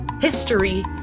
History